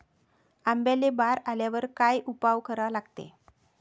आंब्याले बार आल्यावर काय उपाव करा लागते?